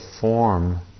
form